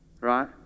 Right